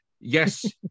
Yes